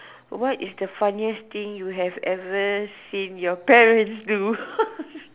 what is the funniest thing you have ever seen your parents do